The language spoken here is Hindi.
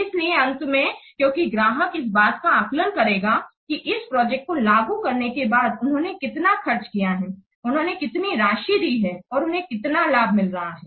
इसलिए अंत में क्योंकि ग्राहक इस बात का आकलन करेगा कि इस प्रोजेक्ट को लागू करने के बाद उन्होंने कितना खर्च किया है उन्होंने कितनी राशि दी है और उन्हें कितना लाभ मिल रहा है